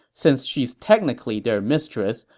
since she's technically their mistress,